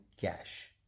cash